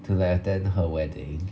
to like attend her wedding